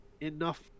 enough